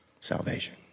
Salvation